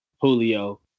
Julio